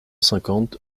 cinquante